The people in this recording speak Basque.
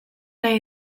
nahi